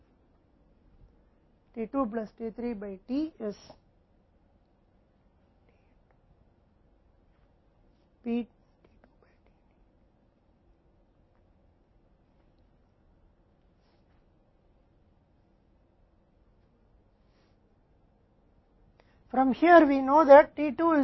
इसी तरह t 1 t 4 से T Pt 1 के बराबर होगा जो DT से P t 1 होगा जो P IM है